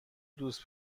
دوست